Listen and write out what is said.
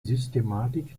systematik